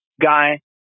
Guy